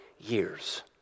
years